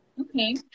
okay